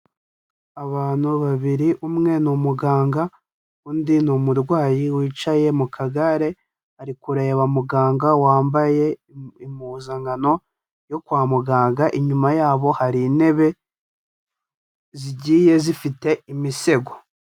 Abantu babiri umwe ni umuganga undi ni umurwayi wicaye mu kagare, ari kureba muganga wambaye impuzankano yo kwa muganga inyuma yabo hari intebe zigiye zifite imisego.